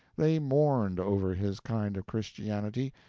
they mourned over his kind of christianity,